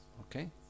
Okay